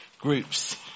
groups